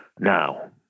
Now